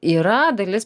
yra dalis